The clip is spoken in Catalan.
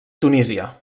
tunísia